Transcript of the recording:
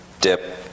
dip